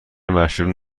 مشروب